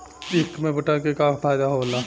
ईख मे पोटास के का फायदा होला?